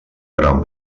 gran